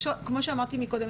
כמו שאמרתי קודם,